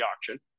auction